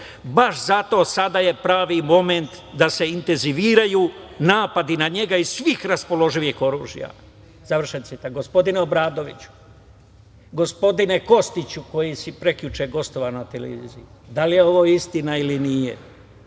baš zato sada je pravi momenat da se intenziviraju napadi na njega iz svih raspoloživih oružja.“ Završen citat. Gospodine Obradoviću, gospodine Kostiću koji si prekjuče gostovao na televiziji, da li je ovo istina ili nije?